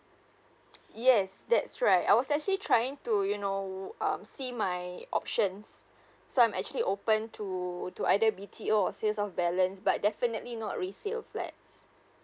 yes that's right I was actually trying to you know um see my options so I'm actually open to do either B_T_O or sales of balance but definitely not resale flats